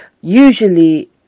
usually